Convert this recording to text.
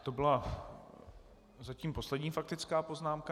To byla zatím poslední faktická poznámka.